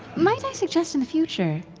might i suggest in the future,